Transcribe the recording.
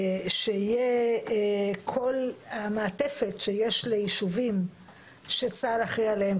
שיהיה כל המעטפת שיש ליישובים שצה"ל אחראי עליהם,